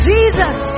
Jesus